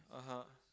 (uh huh)